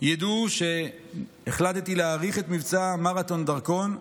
ידעו שהחלטתי להאריך את מבצע מרתון דרכון,